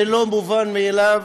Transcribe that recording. זה לא מובן מאליו.